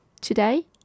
today